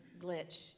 glitch